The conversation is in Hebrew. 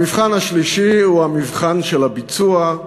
המבחן השלישי הוא המבחן של הביצוע,